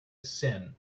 sin